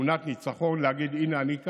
בתמונת ניצחון להגיד: הינה, אני כאן,